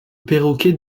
perroquet